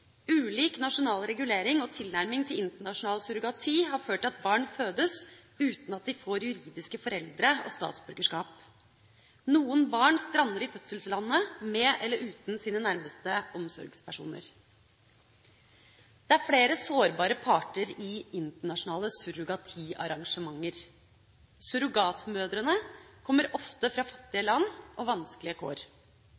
Ulik nasjonal regulering og tilnærming til internasjonal surrogati har ført til at barn fødes uten at de får juridiske foreldre og statsborgerskap. Noen barn strander i fødselslandet, med eller uten sine nærmeste omsorgspersoner. Det er flere sårbare parter i internasjonale surrogatiarrangementer. Surrogatmødrene kommer ofte fra fattige